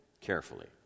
carefully